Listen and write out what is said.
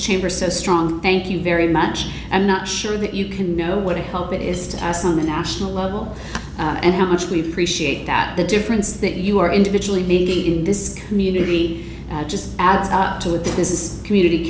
chamber so strong thank you very much i'm not sure that you can know what a help it is to ask on a national level and how much we appreciate that the difference that you are individually meeting in this community just adds to it that this is a community